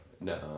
No